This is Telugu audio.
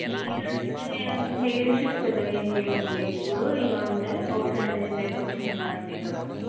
హెయిర్ అంటే హెయర్ ఇష్యూస్ పెద్దగా ఏం లేవండి ఇప్పుడు ఈ రెండే ఓకే అండి నేను రేపు వచ్చి మిమ్మల్ని మీట్ అవుతాను